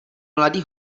mladý